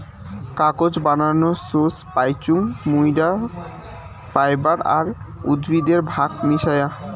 কাগজ বানানোর সোর্স পাইচুঙ মুইরা ফাইবার আর উদ্ভিদের ভাগ মিশায়া